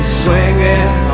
swinging